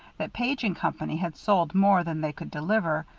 that page and company had sold more than they could deliver,